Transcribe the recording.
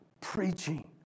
preaching